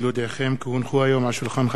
כי הונחו היום על שולחן הכנסת,